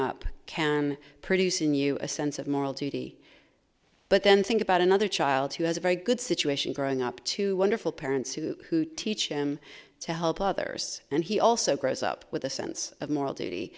up can produce in you a sense of moral duty but then think about another child who has a very good situation growing up to wonderful parents who teach him to help others and he also grows up with a sense of moral duty